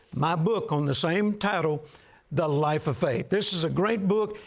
my book on the same title the life of faith. this is a great book.